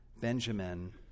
Benjamin